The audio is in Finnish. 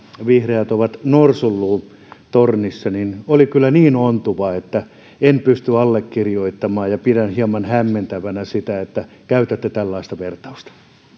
vihreät ovat norsunluutornissa oli kyllä niin ontuva että en pysty sitä allekirjoittamaan ja pidän hieman hämmentävänä sitä että käytätte tällaista vertausta